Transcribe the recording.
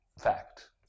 fact